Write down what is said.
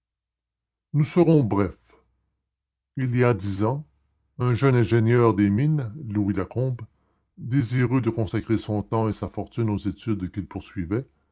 nous serons brefs il y a dix ans un jeune ingénieur des mines louis lacombe désireux de consacrer son temps et sa fortune aux études qu'il poursuivait